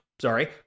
sorry